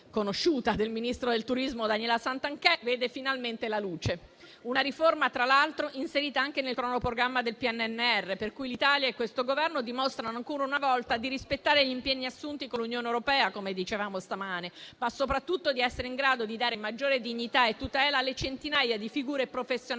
conosciuta del ministro del turismo Daniela Santanchè, vede finalmente la luce. Una riforma inserita tra l'altro anche nel cronoprogramma del PNRR; l'Italia e il Governo dimostrano quindi ancora una volta di rispettare gli impegni assunti con l'Unione europea, come dicevamo stamane, ma soprattutto di essere in grado di dare maggiore dignità e tutela alle centinaia di figure professionali